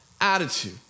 attitude